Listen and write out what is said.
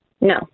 No